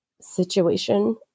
situation